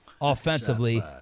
offensively